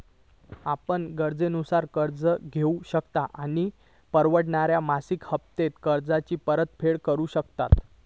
आपण गरजेनुसार कर्ज घेउ शकतव आणि परवडणाऱ्या मासिक हप्त्त्यांत कर्जाची परतफेड करु शकतव